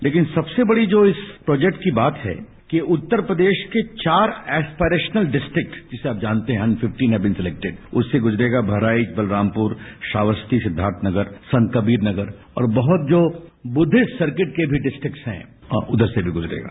लेकिन सबसे बड़ी जो इस प्रोजेक्ट की बात है कि उत्तर प्रदेश के चार एस्पीरेशनल डिस्ट्रिक्स जिसे आप जानते हैं and fifteen has been selected उससे गुजरेगा बहराइच बलरामपुर श्रावस्ती सिद्दार्थनगर संतकबीरनगर और बहुत जो बुद्विष्ट सर्किट के भी डिस्ट्रिक्स हैं उधर से भी गुजरेगा